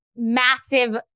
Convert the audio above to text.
massive